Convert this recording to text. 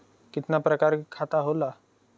कितना प्रकार के खाता होला?